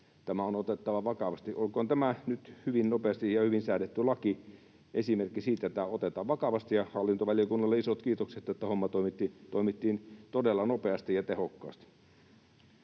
tämä on otettava vakavasti. Olkoon tämä hyvin nopeasti ja hyvin säädetty laki esimerkki siitä, että tämä otetaan vakavasti. Hallintovaliokunnalle isot kiitokset, että hommassa toimittiin todella nopeasti ja tehokkaasti.